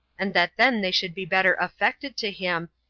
and that then they should be better affected to him,